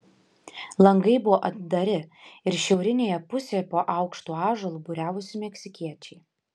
langai buvo atdari ir šiaurinėje pusėje po aukštu ąžuolu būriavosi meksikiečiai